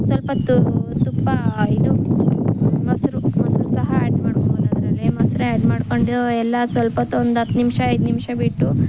ಸ್ವಲ್ಪ ತುಪ್ಪ ಇದು ಮೊಸರು ಮೊಸರು ಸಹ ಆ್ಯಡ್ ಮಾಡ್ಕೊಬೋದು ಅದರಲ್ಲೆ ಮೊಸ್ರು ಆ್ಯಡ್ ಮಾಡ್ಕೊಂಡು ಎಲ್ಲ ಸ್ವಲ್ಪೊತ್ತು ಒಂದು ಹತ್ತು ನಿಮಿಷ ಐದು ನಿಮಿಷ ಬಿಟ್ಟು